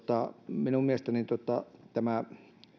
minun mielestäni tämä